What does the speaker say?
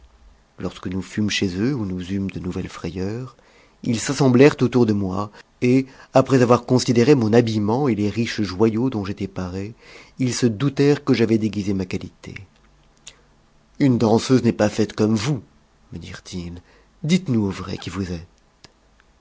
lorsque nous fûmes chez eux où nous eûmes de nouvelles irayeurs ils s'assemblèrent autour de moi et après avoir considéré mon habillement et les riches joyaux dont j'étais parée ils se doutèrent que j'avais déguisé ma qualité une danseuse n'est pas faite comme vous me dirent-ils dites-nous au vrai qui vous êtes